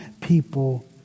people